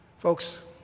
Folks